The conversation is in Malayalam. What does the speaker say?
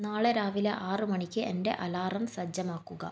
നാളെ രാവിലെ ആറ് മണിക്ക് എൻ്റെ അലാറം സജ്ജമാക്കുക